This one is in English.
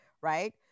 right